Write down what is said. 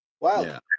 Wow